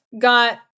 got